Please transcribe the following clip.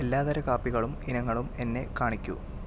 എല്ലാതര കാപ്പികളും ഇനങ്ങളും എന്നെ കാണിക്കൂ